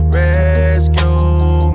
rescue